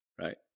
right